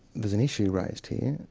there's an issue raised here,